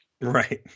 right